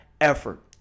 effort